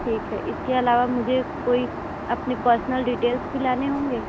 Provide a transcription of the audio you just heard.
ठीक है इसके अलावा मुझे कोई अपनी पर्सनल डिटेल्स भी लाने होंगे